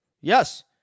Yes